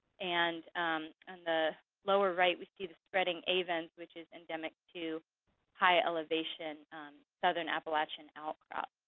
and and the lower right we see the spreading avens, which is endemic to highelevation southern appalachian outcrops.